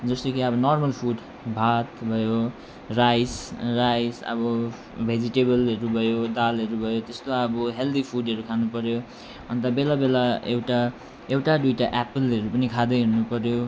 जस्तो कि अब नर्मल फुड भात भयो राइस राइस अब भेजिटेबलहरू भयो दालहरू भयो त्यस्तो अब हेल्दी फुडहरू खानु पऱ्यो अन्त बेला बेला एउटा एउटा दुइटा एप्पलहरू पनि खाँदै हिँड्नु पऱ्यो